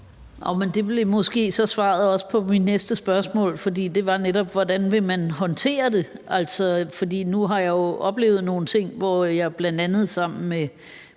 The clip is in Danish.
Det er måske så også svaret på mit næste spørgsmål, for det var netop, hvordan man vil håndtere det. Nu har jeg jo oplevet nogle ting. Bl.a. så jeg ved et besøg sammen med